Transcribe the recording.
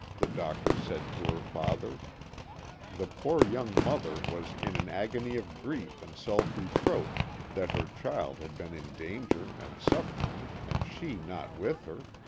the doctor said to her father the poor young mother was in an agony of grief and self reproach that her child had been in danger and suffering and she not with her.